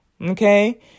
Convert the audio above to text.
Okay